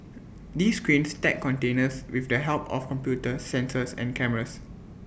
these cranes stack containers with the help of computers sensors and cameras